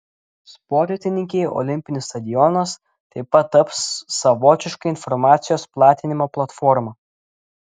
sportininkei olimpinis stadionas taip pat taps savotiška informacijos platinimo platforma